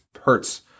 Hurts